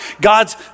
God's